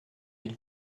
elle